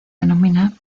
denomina